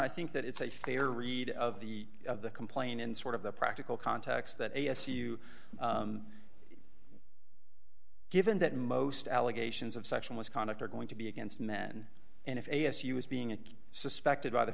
i think that it's a fair read of the complain and sort of the practical contacts that a s u given that most allegations of sexual misconduct are going to be against men and if a s u is being suspected by the